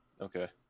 okay